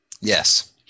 Yes